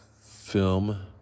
film